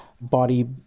body